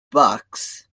books